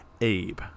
abe